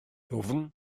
ddwfn